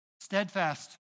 steadfast